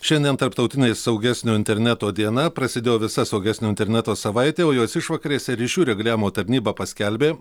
šiandien tarptautinė saugesnio interneto diena prasidėjo visa saugesnio interneto savaitė o jos išvakarėse ryšių reguliavimo tarnyba paskelbė